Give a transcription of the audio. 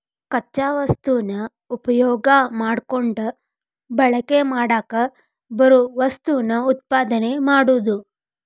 ಕಚ್ಚಾ ವಸ್ತುನ ಉಪಯೋಗಾ ಮಾಡಕೊಂಡ ಬಳಕೆ ಮಾಡಾಕ ಬರು ವಸ್ತುನ ಉತ್ಪಾದನೆ ಮಾಡುದು